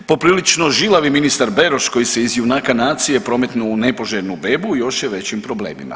Poprilično žilavi ministar Beroš koji se iz junaka nacije prometnuo u nepoželjnu bebu još je u većim problemima.